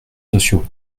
sociaux